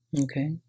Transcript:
Okay